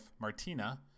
Martina